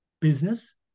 business